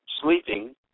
sleeping